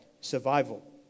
survival